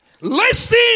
listen